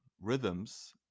rhythms